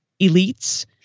elites